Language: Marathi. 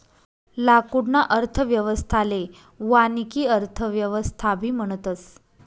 लाकूडना अर्थव्यवस्थाले वानिकी अर्थव्यवस्थाबी म्हणतस